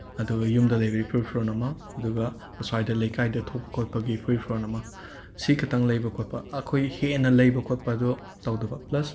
ꯑꯗꯨꯒ ꯌꯨꯝꯗ ꯂꯩꯕꯒꯤ ꯐꯨꯔꯤꯠ ꯐꯤꯔꯣꯜ ꯑꯃ ꯑꯗꯨꯒ ꯑꯁ꯭ꯋꯥꯏꯗ ꯂꯩꯀꯥꯏꯗ ꯊꯣꯛ ꯈꯣꯠꯄꯒꯤ ꯐꯨꯔꯤꯠ ꯐꯤꯔꯣꯜ ꯑꯃ ꯁꯤ ꯈꯛꯇꯪ ꯂꯩꯕ ꯈꯣꯠꯄ ꯑꯩꯈꯣꯏ ꯍꯦꯟꯅ ꯂꯩꯕ ꯈꯣꯠꯄꯗꯣ ꯇꯧꯗꯕ ꯄ꯭ꯂꯁ